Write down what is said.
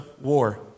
war